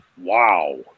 Wow